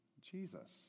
Jesus